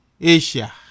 Asia